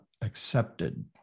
accepted